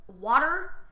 water